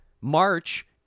March